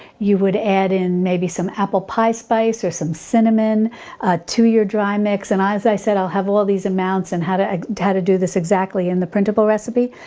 you would add in maybe some apple pie spice or some cinnamon to your dry mix. and as i said, i'll have all of these amounts and how to to how to do this exactly in the printable recipe.